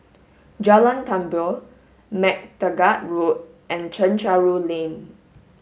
Jalan Tambur MacTaggart Road and Chencharu Lane